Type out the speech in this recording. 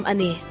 Ani